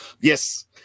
Yes